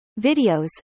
videos